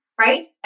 right